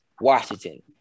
Washington